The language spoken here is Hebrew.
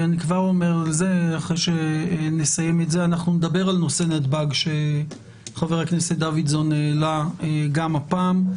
אחרי שנסיים נדבר על נושא נתב"ג שחבר הכנסת דוידסון העלה גם הפעם.